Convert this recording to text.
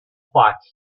plots